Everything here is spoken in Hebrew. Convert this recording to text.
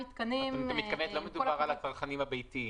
לא מדובר על הצרכנים הביתיים.